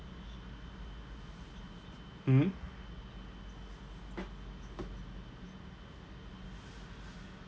mm